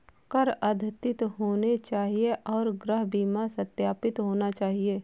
कर अद्यतित होने चाहिए और गृह बीमा सत्यापित होना चाहिए